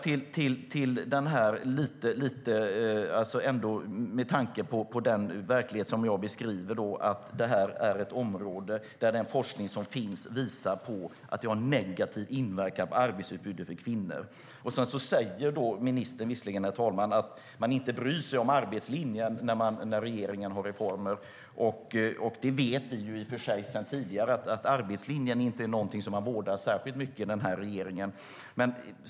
Jag går tillbaka till den verklighet jag beskriver. Forskningen visar på en negativ inverkan på arbetsutbudet för kvinnor. Ministern sade visserligen att regeringen inte bryr sig om arbetslinjen vid den typen av reformer. Vi vet i och för sig sedan tidigare att arbetslinjen inte är någonting som den här regeringen vårdar särskilt mycket.